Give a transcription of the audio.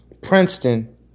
Princeton